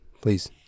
please